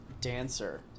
dancer